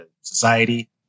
society